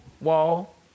Wall